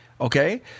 Okay